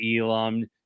Elam